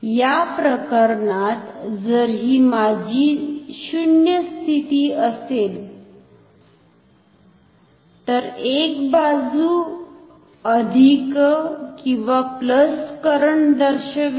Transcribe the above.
या प्रकरणात जर ही माझी 0 स्थिती असेल तर एक बाजु अधिक प्लस करंट दर्शवेल